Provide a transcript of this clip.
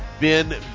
Ben